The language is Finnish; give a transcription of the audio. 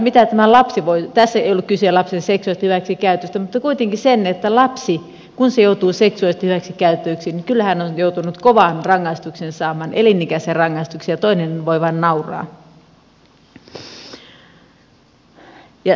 tässä ei ollut kyse lapsen seksuaalisesta hyväksikäytöstä mutta kuitenkin kun lapsi joutuu seksuaalisesti hyväksikäytetyksi kyllä hän on joutunut kovan rangaistuksen saamaan elinikäisen rangaistuksen ja toinen voi vain nauraa